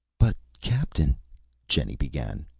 but captain jenny began.